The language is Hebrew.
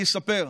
אני אספר: